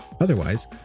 Otherwise